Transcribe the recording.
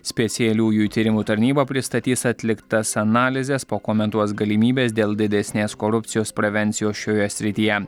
specialiųjų tyrimų tarnyba pristatys atliktas analizes pakomentuos galimybes dėl didesnės korupcijos prevencijos šioje srityje